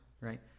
Right